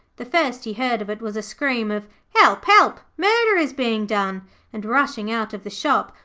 the first he heard of it was a scream of help, help, murder is being done and rushing out of the shop,